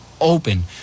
Open